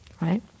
Right